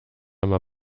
immer